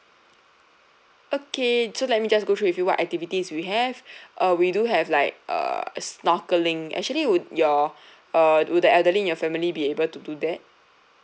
okay so let me just go through with you what activities we have uh we do have like err snorkelling actually would your uh would the elderly in your family be able to do that